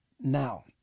Now